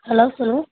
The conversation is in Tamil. ஹலோ சொல்லுங்கள்